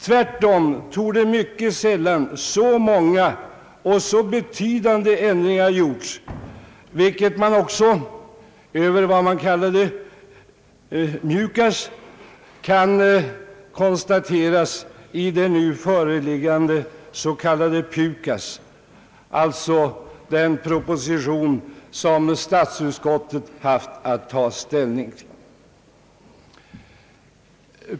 Tvärtom torde mycket sällan så många och så betydande ändringar gjorts, vil ket man också — över MJUKAS — kan konstatera i det föreliggande s.k. PUKAS, alltså den proposition som statsutskottet haft att ta ställning till.